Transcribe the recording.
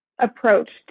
approach